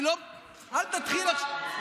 אל תתחיל עכשיו,